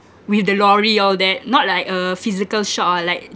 with the lorry all that not like a physical shop ah like